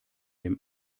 dem